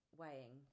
weighing